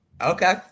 Okay